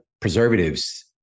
preservatives